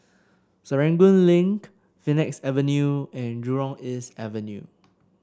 Serangoon Link Phoenix Avenue and Jurong East Avenue